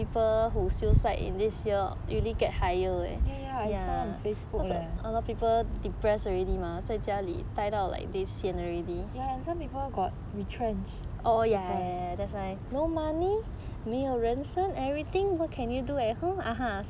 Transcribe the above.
ya ya ya I saw on facebook eh ya and some people got retrenched that's why